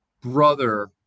brother